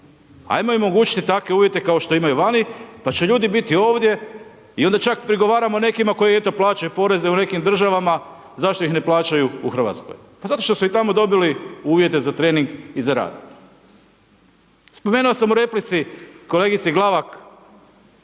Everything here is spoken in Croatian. im omogućiti takve uvijete kao što imaju vani, pa će ljudi biti ovdje, i onda čak prigovaramo nekima, koji eto, plaćaju poreze u nekim državama, zašto ih ne plaćaju u Hrvatskoj, pa zato što su tamo dobili uvijete za trening i za rad. Spomenuo sam u replici, kolegici Glavak,